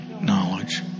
knowledge